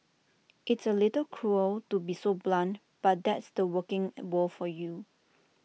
it's A little cruel to be so blunt but that's the working world for you